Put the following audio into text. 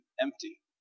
empty